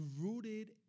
rooted